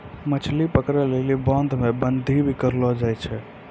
मछली पकड़ै लेली बांध मे बांधी भी करलो जाय छै